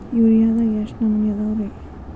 ಯೂರಿಯಾದಾಗ ಎಷ್ಟ ನಮೂನಿ ಅದಾವ್ರೇ?